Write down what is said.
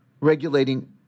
regulating